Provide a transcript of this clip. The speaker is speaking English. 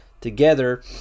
together